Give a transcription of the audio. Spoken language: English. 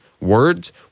Words